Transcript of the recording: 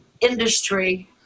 industry